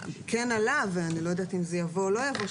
כן עלה ואני לא יודעת אם זה יבוא או לא יבוא,